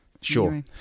Sure